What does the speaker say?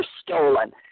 stolen